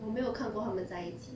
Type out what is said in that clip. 我没有看过他们在一起